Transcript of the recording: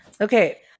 Okay